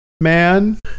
man